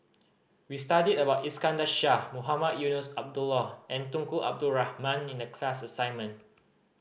we studied about Iskandar Shah Mohamed Eunos Abdullah and Tunku Abdul Rahman in the class assignment